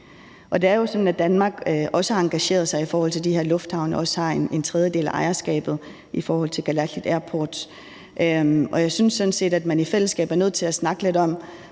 Det er jo sådan, at Danmark har engageret sig i forhold til de her lufthavne og også har en tredjedel af ejerskabet i forhold til Galasik Airport, og jeg synes sådan set, at man i fællesskab er nødt til at snakke lidt om,